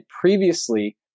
previously